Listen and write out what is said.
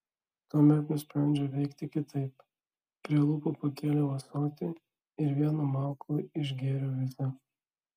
tuomet nusprendžiau veikti kitaip prie lūpų pakėliau ąsotį ir vienu mauku išgėriau visą